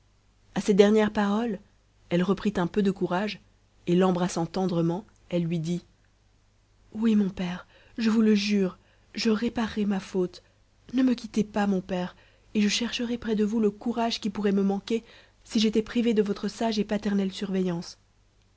à ces dernières paroles elle reprit un peu de courage et l'embrassant tendrement elle lui dit oui mon père je vous le jure je réparerai ma faute ne me quittez pas mon père et je chercherai près de vous le courage qui pourrait me manquer si j'étais privée de votre sage et paternelle surveillance